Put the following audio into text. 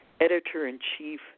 editor-in-chief